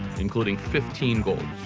including fifteen golds.